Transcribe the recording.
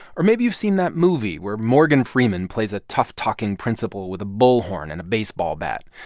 or maybe you've seen that movie where morgan freeman plays a tough-talking principal with a bullhorn and a baseball bat.